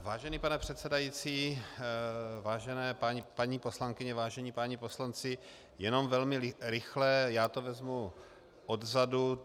Vážený pane předsedající, vážené paní poslankyně, vážení páni poslanci, jen velmi rychle, já to vezmu odzadu.